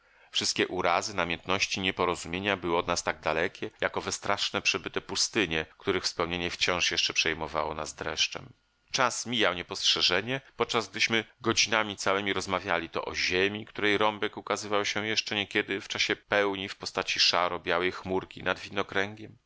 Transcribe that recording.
wszystkie urazy namiętności i nieporozumienia były od nas tak dalekie jak owe straszne przebyte pustynie których wspomnienie wciąż jeszcze przejmowało nas dreszczem czas mijał niepostrzeżenie podczas gdyśmy godzinami całemi rozmawiali to o ziemi której rąbek ukazywał się jeszcze niekiedy w czasie pełni w postaci szaro białej chmurki nad